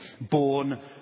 born